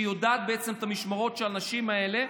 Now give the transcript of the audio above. שיודעת את המשמרות של האנשים האלה,